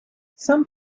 some